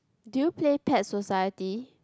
did you play Pet Society